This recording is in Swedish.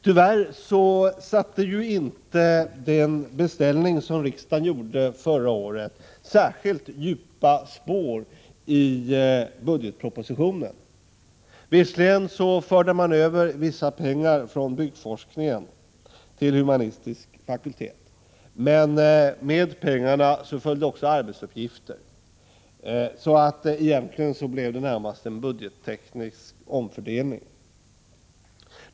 Tyvärr satte inte den beställning riksdagen gjorde förra året särskilt djupa spår i budgetpropositionen. Visserligen förde man över vissa pengar från byggforskningen till humanistiska fakulteten, men med pengarna följde också arbetsuppgifter, så egentligen blev det närmast en budgetteknisk omfördelning.